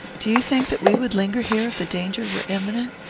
do you think that we would linger here, if the danger were imminent?